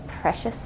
precious